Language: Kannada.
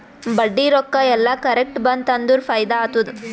ಬಡ್ಡಿ ರೊಕ್ಕಾ ಎಲ್ಲಾ ಕರೆಕ್ಟ್ ಬಂತ್ ಅಂದುರ್ ಫೈದಾ ಆತ್ತುದ್